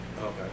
okay